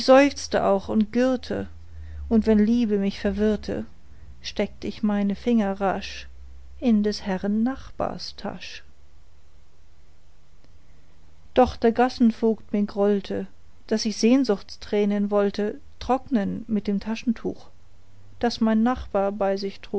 auch und girrte und wenn liebe mich verwirrte stecht ich meine finger rasch in des herren nachbars tasch doch der gassenvogt mir grollte daß ich sehnsuchtstränen wollte trocknen mit dem taschentuch das mein nachbar bei sich